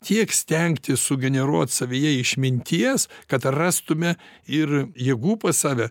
tiek stengtis sugeneruot savyje išminties kad rastume ir jėgų pas save